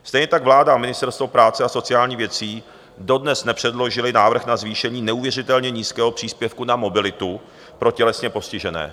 Stejně tak vláda a Ministerstvo práce a sociálních věcí dodnes nepředložily návrh na zvýšení neuvěřitelně nízkého příspěvku na mobilitu pro tělesně postižené.